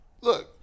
look